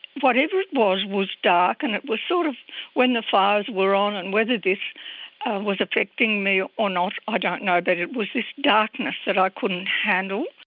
whatever it was was dark, and it was sort of when the fires were on and whether this was affecting me or not i ah don't know, but it was this darkness that i couldn't handle.